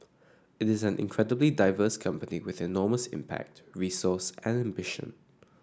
it is an incredibly diverse company with enormous impact resource and ambition